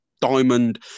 diamond